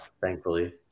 thankfully